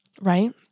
right